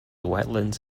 wetlands